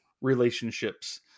relationships